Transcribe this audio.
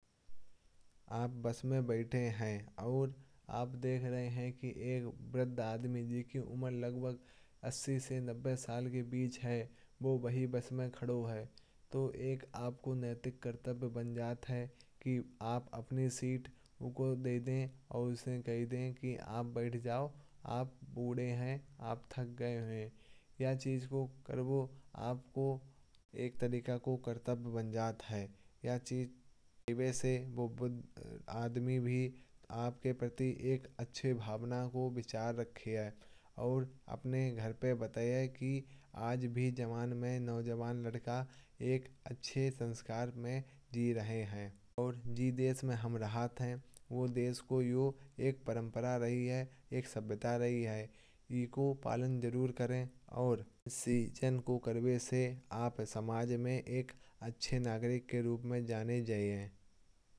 आप बस में बैठे हैं और आप देख रहे हैं कि एक वृद्ध आदमी। जिसकी उम्र लगभग अस्सी से नब्बे साल के बीच है। वह वही बस में खड़े हैं। तो आपको एक नैतिक कर्तव्य बन जाता है कि आप अपनी सीट दे दें। और उनसे कह दें कि आप बैठ जाओ आप बूढ़े हैं आप थक गए हैं। यह चीज़ करने से आपको एक तरीके से कर्तव्य बन जाता है। इस चीज़ से वह वृद्ध आदमी भी आपके प्रति एक अच्छी भावना रखेंगे। और अपने घर पर बताएंगे कि आज भी एक नौजवान लड़का अच्छे संस्कारों में जी रहा है। और जिस देश में हम रहते हैं वह देश को यूं एक परंपरा रही है। एक सभ्यता रही है इसको पालन ज़रूर करना चाहिए। और सीज़न को कड़वे से आप समाज में एक अच्छे नागरिक के रूप में जाने चाहिए।